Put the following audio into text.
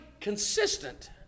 consistent